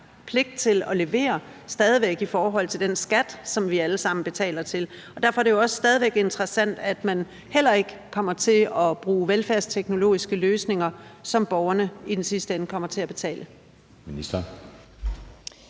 pligt til at levere i forhold til den skat, som vi alle sammen betaler. Derfor er det jo også stadig væk interessant, at man heller ikke kommer til at bruge velfærdsteknologiske løsninger, som borgerne i sidste ende kommer til at betale.